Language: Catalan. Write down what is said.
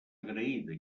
agraïda